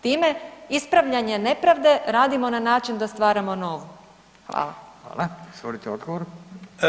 Time ispravljanje nepravde radimo na način da stvaramo novu.